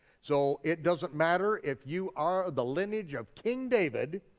so it doesn't matter if you are the lineage of king david,